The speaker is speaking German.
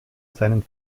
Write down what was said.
seinen